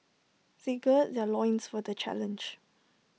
they gird their loins for the challenge